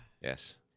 Yes